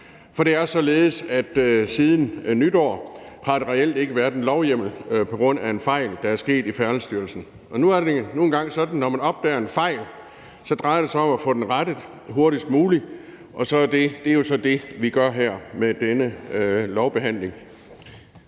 For det er således, at der siden nytår reelt ikke har været lovhjemmel på grund af en fejl, der er sket i Færdselsstyrelsen. Og det er nu engang sådan, at når man opdager en fejl, drejer det sig om at få den rettet hurtigst muligt, og det er jo så det, vi gør her med denne lovbehandling.